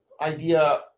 idea